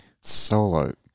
Solo